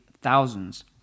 thousands